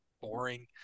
boring